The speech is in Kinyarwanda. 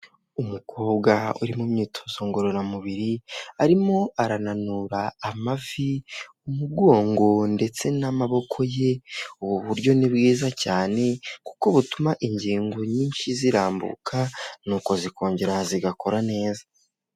Umukobwa uri mu myitozo ngororamubiri arimo arananura amavi, umugongo ndetse n'amaboko ye ubu buryo ni bwiza cyane kuko butuma ingingo nyinshi zirambuka nuko zikongera zigakora neza.